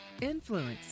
Influence